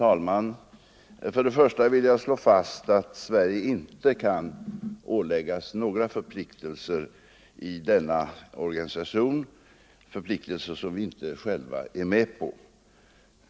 Herr talman! Först vill jag slå fast att Sverige inte kan åläggas några sådana förpliktelser i denna organisation som vi inte själva är med på.